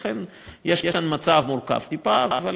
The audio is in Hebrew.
ולכן יש כאן מצב טיפה מורכב,